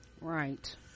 right